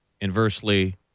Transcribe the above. inversely